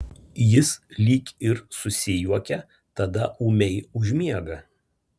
jis lyg ir susijuokia tada ūmiai užmiega